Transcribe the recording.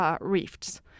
rifts